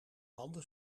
handen